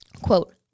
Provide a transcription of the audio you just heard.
Quote